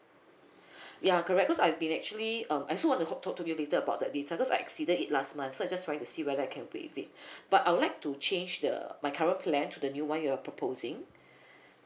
ya correct cause I've been actually um I also want to talk to you later about the details because I exceeded it last month so I just trying to see whether I can play with it but I would like to change the my current plan to the new one you're proposing